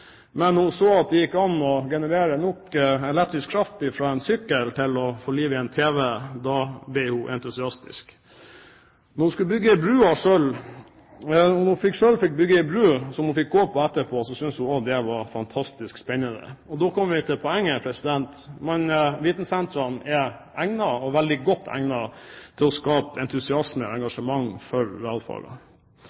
Men hun så at det gikk an å generere nok elektrisk kraft fra en sykkel til å få liv i en TV. Da ble hun entusiastisk. Da hun selv fikk bygge en bro, som hun fikk gå på etterpå, syntes hun også det var fantastisk spennende. Da kommer vi til poenget: Vitensentrene er egnet – og veldig godt egnet – til å skape entusiasme og